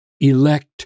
elect